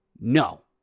no